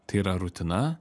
tai yra rutina